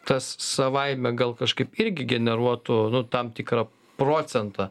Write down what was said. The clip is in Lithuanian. tas savaime gal kažkaip irgi generuotų tam tikrą procentą